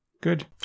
Good